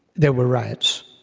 there were riots.